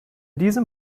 diesem